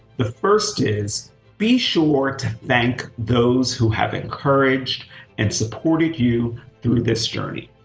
the first is be sure to thank those who have encouraged and supported you through this journey.